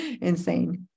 insane